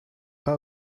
pas